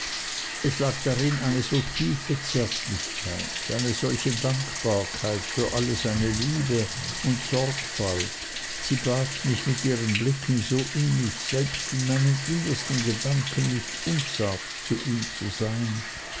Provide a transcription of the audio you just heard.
es lag darin eine so tiefe zärtlichkeit eine solche dankbarkeit für alle seine liebe und sorgfalt sie bat mich mit ihren blicken so innig selbst in meinen innersten gedanken nicht unzart zu ihm zu sein